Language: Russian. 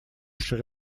шри